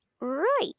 Right